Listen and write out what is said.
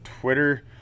Twitter